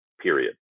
period